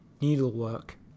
needlework